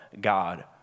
God